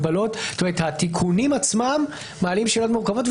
התיקונים עצמם מעלים שאלות מורכבות,